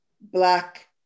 black